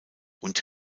und